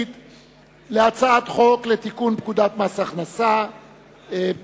אנחנו עוברים להצעת חוק לתיקון פקודת מס הכנסה (מס'